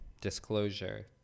Disclosure